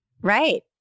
Right